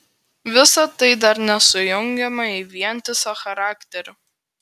visa tai dar nesujungiama į vientisą charakterį